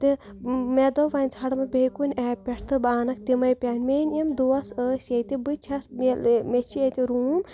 تہٕ مےٚ دوٚپ وَنہِ ژھانٛڈٕ بہٕ بیٚیہِ کُنہِ ایپہِ پٮ۪ٹھ تہٕ بہٕ اَنَکھ تِمَے پٮ۪ن میٛٲنۍ یِم دوس ٲسۍ ییٚتہِ بہٕ چھَس مےٚ چھِ ییٚتہِ روٗم